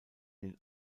den